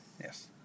Yes